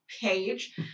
page